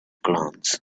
glance